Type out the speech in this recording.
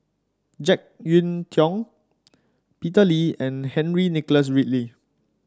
JeK Yeun Thong Peter Lee and Henry Nicholas Ridley